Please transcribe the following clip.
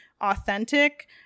authentic